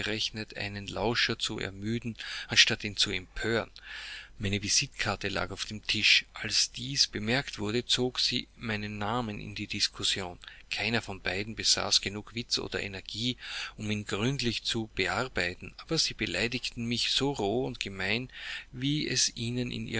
lauscher zu ermüden anstatt ihn zu empören meine visitenkarte lag auf dem tische als dies bemerkt wurde zogen sie meinen namen in die diskussion keiner von beiden besaß genug witz oder energie um ihn gründlich zu bearbeiten aber sie beleidigten mich so roh und gemein wie es ihnen in